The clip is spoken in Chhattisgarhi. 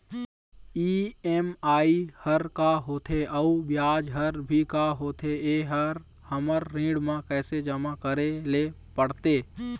ई.एम.आई हर का होथे अऊ ब्याज हर भी का होथे ये हर हमर ऋण मा कैसे जमा करे ले पड़ते?